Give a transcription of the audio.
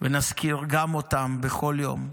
ונזכיר גם אותם בכל יום,